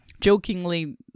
jokingly